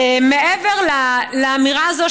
מעבר לאמירה הזאת,